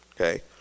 okay